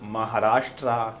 Maharashtra